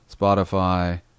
Spotify